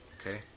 Okay